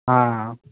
हा